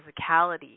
physicality